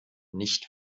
nicht